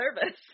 service